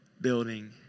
building